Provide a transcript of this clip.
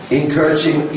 encouraging